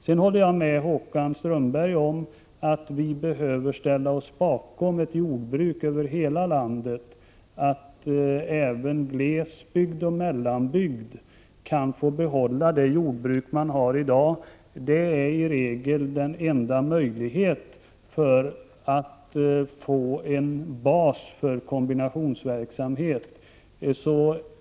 Jag håller med Håkan Strömberg om att vi behöver ställa oss bakom ett jordbruk över hela landet, så att även glesbygd och mellanbygd kan få behålla det jordbruk man har i dag. Det är i regel den enda möjligheten för att få en bas för kombinationsverksamhet.